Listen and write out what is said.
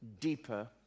Deeper